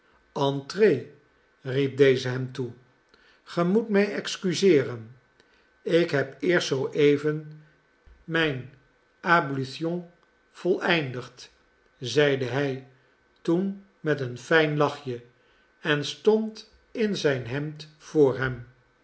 entrez riep deze hem toe ge moet mij excuseeren ik heb eerst zooeven mijn ablutions voleindigd zeide hij toen met een fijn lachje en stond in zijn hemd voor hem